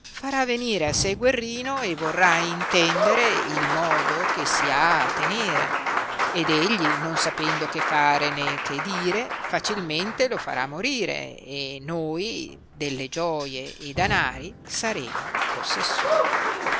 farà venire a sé guerrino e vorrà intendere il modo che si ha a tenere ed egli non sapendo che fare né che dire facilmente lo farà morire e noi delle gioie e danari saremo possessori